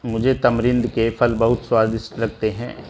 मुझे तमरिंद के फल बहुत स्वादिष्ट लगते हैं